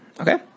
Okay